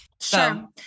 Sure